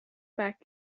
back